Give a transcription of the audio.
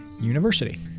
University